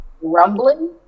Rumbling